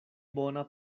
bona